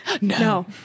No